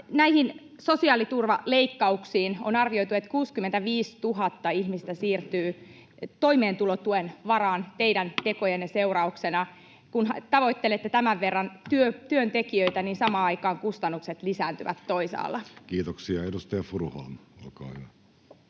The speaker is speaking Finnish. näihin sosiaaliturvaleikkauksiin: On arvioitu, että 65 000 ihmistä siirtyy toimeentulotuen varaan teidän tekojenne seurauksena, Kun tavoittelette tämän verran työntekijöitä, niin samaan aikaan kustannukset lisääntyvät toisaalla. Kiitoksia. — Edustaja Furuholm, olkaa hyvä.